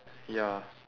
ya